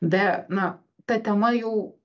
be na ta tema jau